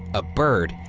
a bird,